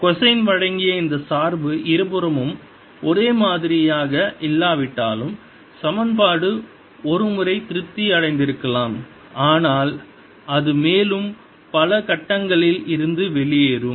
cosine வழங்கிய இந்த சார்பு இருபுறமும் ஒரே மாதிரியாக இல்லாவிட்டாலும் சமன்பாடு ஒரு முறை திருப்தி அடைந்திருக்கலாம் ஆனால் அது மேலும் பல கட்டங்களில் இருந்து வெளியேறும்